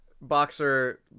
boxer